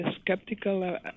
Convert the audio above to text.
skeptical